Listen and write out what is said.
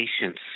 patience